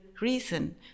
reason